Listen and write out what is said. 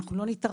אנחנו לא נתערב.